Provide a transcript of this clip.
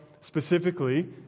specifically